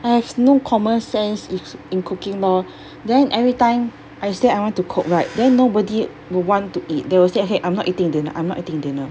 I have no common sense it's in cooking lor then everytime I say I want to cook right then nobody will want to eat they will say !hey! I'm not eating dinner I'm not eating dinner